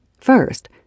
First